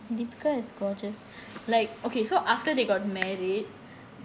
deepika is gorgeous like okay so after they got married